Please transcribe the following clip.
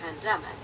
pandemic